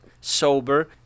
sober